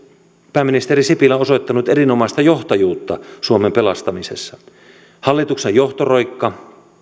pääministeri sipilä on osoittanut erinomaista johtajuutta suomen pelastamisessa hallituksen johtotroikka